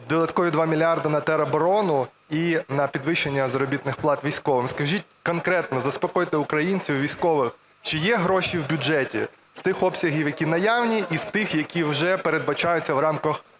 додаткові 2 мільярди на тероборону і на підвищення заробітних плат військовим. Скажіть конкретно, заспокойте українців, військових: чи є гроші в бюджеті з тих обсягів, які наявні, і з тих, які вже передбачаються в рамках запозичень?